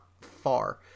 far